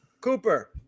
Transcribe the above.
Cooper